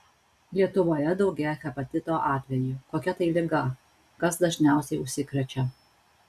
lietuvoje daugėja hepatito atvejų kokia tai liga kas dažniausiai užsikrečia